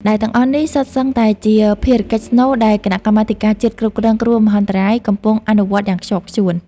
ដែលទាំងអស់នេះសុទ្ធសឹងតែជាភារកិច្ចស្នូលដែលគណៈកម្មាធិការជាតិគ្រប់គ្រងគ្រោះមហន្តរាយកំពុងអនុវត្តយ៉ាងខ្ជាប់ខ្ជួន។